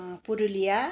Purulia